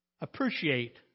appreciate